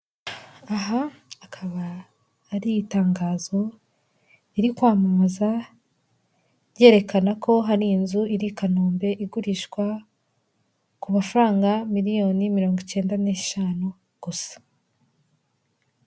Aha akaba ari itangazo riri kwamamaza ryerekana ko hari inzu iri i Kanombe igurishwa ku mafaranga miliyoni mirongo ikenda n'eshanu gusa.